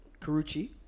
Carucci